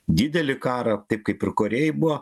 didelį karą taip kaip ir korėjoj buvo